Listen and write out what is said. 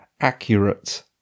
accurate